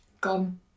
gone